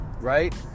right